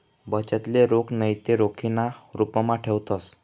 बचतले रोख नैते रोखीना रुपमा ठेवतंस